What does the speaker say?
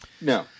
No